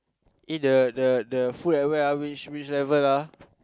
eh the the the food at where ah which which level ah